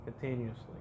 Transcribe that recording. continuously